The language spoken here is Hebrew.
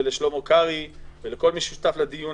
ככל הנראה בגלל שראש הממשלה, שזה לא דבר שכל יום